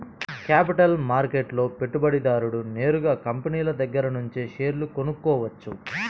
capital మార్కెట్లో పెట్టుబడిదారుడు నేరుగా కంపినీల దగ్గరనుంచే షేర్లు కొనుక్కోవచ్చు